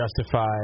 Justify